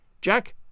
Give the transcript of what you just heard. Jack